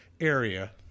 area